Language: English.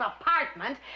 apartment